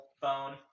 phone